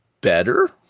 better